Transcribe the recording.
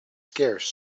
scarce